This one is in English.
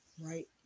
Right